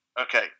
okay